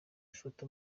ifoto